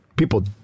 People